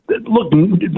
Look